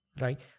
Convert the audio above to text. right